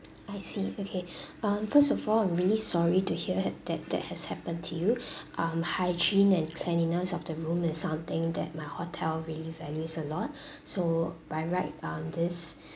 I see okay um first of all I'm really sorry to hear that that has happened to you um hygiene and cleanliness of the room is something that my hotel really values a lot so by right um this scene